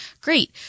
great